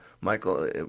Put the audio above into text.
Michael